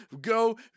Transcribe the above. go